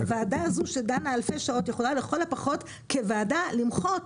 הוועדה הזו שדנה אלפי שעות יכולה לכל הפחות כוועדה למחות.